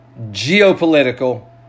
geopolitical